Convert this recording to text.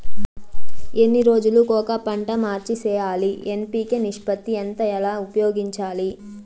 ఎన్ని రోజులు కొక పంట మార్చి సేయాలి ఎన్.పి.కె నిష్పత్తి ఎంత ఎలా ఉపయోగించాలి?